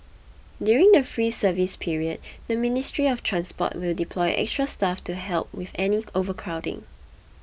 during the free service period the Ministry of Transport will deploy extra staff to help with any overcrowding